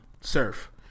surf